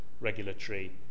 regulatory